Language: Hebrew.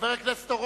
חבר הכנסת גילאון,